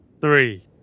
three